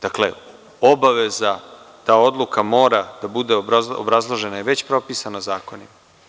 Dakle, obaveza da odluka mora da bude obrazložena i već propisana zakonom.